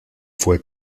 fue